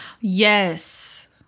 Yes